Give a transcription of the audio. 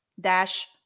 dash